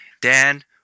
Dan